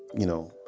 you know,